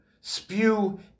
spew